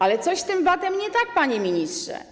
Ale coś z tym VAT-em jest nie tak, panie ministrze.